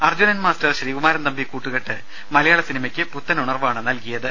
Arjunan master Sreekumaran Thampi കൂട്ടുകെട്ട് മലയാള സിനിമയ്ക്ക് പുത്തനുണർവ്വാണ് നല്കിയത്